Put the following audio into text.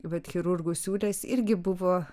vat chirurgų siūlės irgi buvo